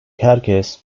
herkes